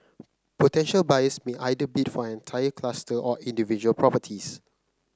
potential buyers may either bid for an entire cluster or individual properties